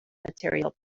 material